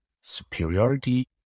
superiority